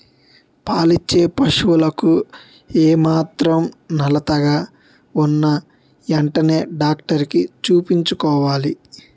పాలిచ్చే పశువులకు ఏమాత్రం నలతగా ఉన్నా ఎంటనే డాక్టరికి చూపించుకోవాలి